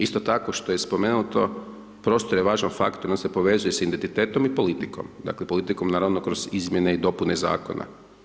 Isto tako što je spomenuto, prostor je važan faktor, on se povezuje sa identitetom i politikom, dakle politikom naravno kroz izmjene i dopune zakona.